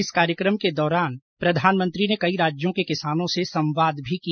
इस कार्यक्रम के दौरान प्रधानमंत्री ने कई राज्यों के किसानों से संवाद भी किया